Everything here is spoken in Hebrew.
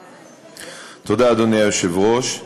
תודה, אדוני היושב-ראש.